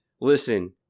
listen